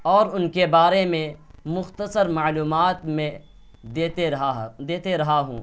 اور ان کے بارے میں مختصر معلومات میں دیتے رہا دیتے رہا ہوں